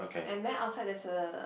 and then outside there is a